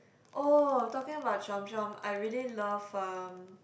oh talking about chomp-chomp I really love um